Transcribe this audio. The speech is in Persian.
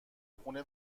خونه